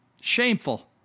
Shameful